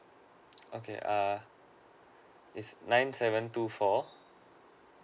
okay err it's nine seven two four